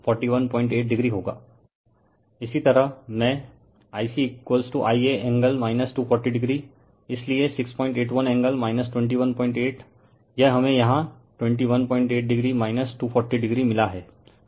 refer slide time 0155 इसी तरह मैं Ic Ia एंगल 240o इसलिए 681 एंगल 218 यह हमें यहां 218o 240o मिला है